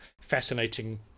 fascinating